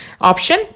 option